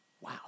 Wow